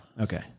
Okay